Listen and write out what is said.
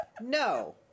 no